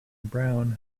brown